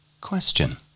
Question